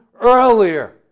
earlier